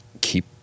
keep